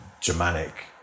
Germanic